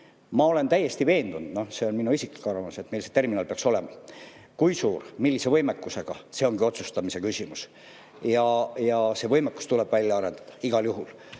Ma olen täiesti veendunud – see on minu isiklik arvamus –, et meil see terminal peaks olema. Kui suur ja millise võimekusega, see ongi otsustamise küsimus. See võimekus tuleb välja arendada igal juhul.